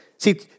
See